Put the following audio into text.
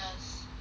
from which one